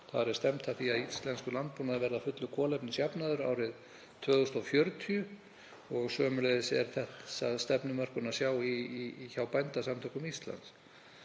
Þar er stefnt að því að íslenskur landbúnaður verði að fullu kolefnisjafnaður árið 2040. Sömuleiðis er þessa stefnumörkun að sjá hjá Bændasamtökum Íslands.